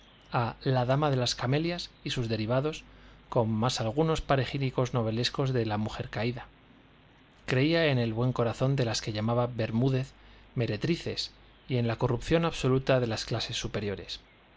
a la dama de las camelias y sus derivados con más algunos panegíricos novelescos de la mujer caída creía en el buen corazón de las que llamaba bermúdez meretrices y en la corrupción absoluta de las clases superiores